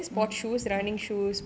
mm